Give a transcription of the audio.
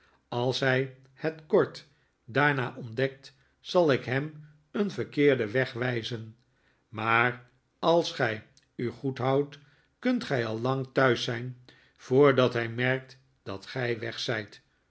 als hij het kort daarna ontdekt zal ik hem een verkeerden weg wijzen maar als gij u goed houdt kunt gij al lang thuis zijn voordat hij merkt dat gij weg zijt